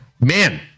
Man